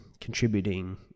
contributing